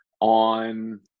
on –